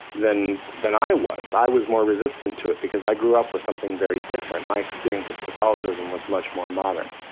than than i was. i was more resistant to it, because i grew up with something very different. my experience with catholicism was much more modern,